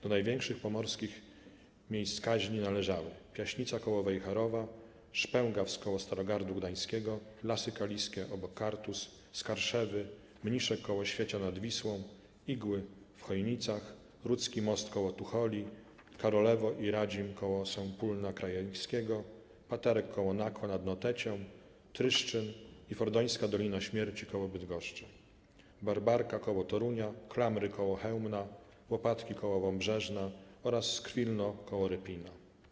Do największych pomorskich miejsc kaźni należały: Piaśnica koło Wejherowa, Szpęgawsk koło Starogardu Gdańskiego, Lasy Kaliskie obok Kartuz, Skarszewy, Mniszek koło Świecia nad Wisłą, Igły w Chojnicach, Rudzki Most koło Tucholi, Karolewo i Radzim koło Sępólna Krajeńskiego, Paterek koło Nakła nad Notecią, Tryszczyn i fordońska Dolina Śmierci koło Bydgoszczy, Barbarka koło Torunia, Klamry koło Chełmna, Łopatki koło Wąbrzeźna oraz Skrwilno koło Rypina.